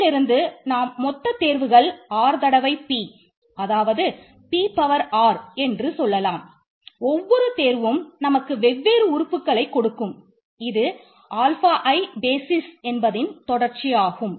இதிலிருந்து நாம் மொத்த தேர்வுகள் r தடவை p அதாவது p பவர் என்பதன் தொடர்ச்சியாகும்